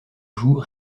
joues